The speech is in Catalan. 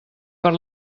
per